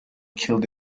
killed